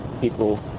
people